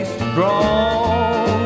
strong